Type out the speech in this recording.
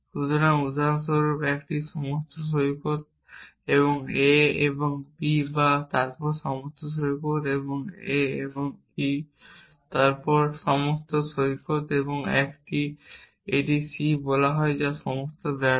সুতরাং উদাহরণস্বরূপ একটি সমুদ্র সৈকত এবং A এবং B তারপর সমুদ্র সৈকত এবং A এবং E তারপর সমুদ্র সৈকত এবং একটি এবং C এবং বলা যাক সব ব্যর্থ